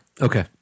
okay